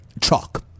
chalk